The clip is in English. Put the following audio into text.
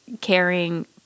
caring